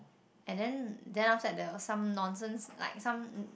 and then then outside there was some nonsense like some